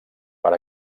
per